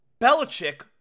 Belichick